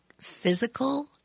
physical